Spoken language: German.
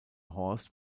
horst